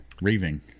Raving